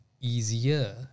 easier